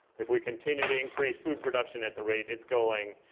if we continue to increase food production at the rate it's going,